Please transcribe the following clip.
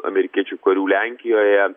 amerikiečių karių lenkijoje